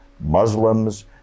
Muslims